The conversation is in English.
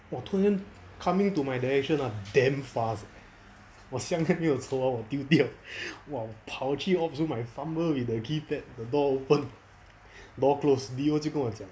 !wah! 突然间 coming to my direction ah damn fast ah 我香还没有抽完我丢掉 !wah! 我跑去 ops zone I fumble with the keypad the door open door close D_O just 跟我讲